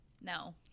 No